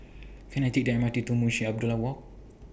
Can I Take The M R T to Munshi Abdullah Walk